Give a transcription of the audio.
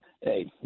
Hey